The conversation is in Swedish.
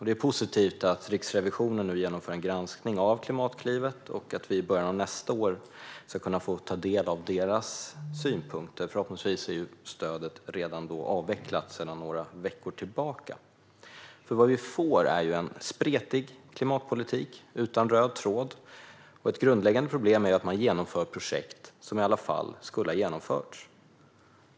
Det är positivt att Riksrevisionen nu genomför en granskning av Klimatklivet. I början av nästa år ska vi kunna ta del av deras synpunkter. Förhoppningsvis är stödet då redan avvecklat sedan några veckor tillbaka. Vad vi får är en spretig klimatpolitik utan röd tråd. Ett grundläggande problem är att man genomför projekt som i alla fall skulle ha genomförts.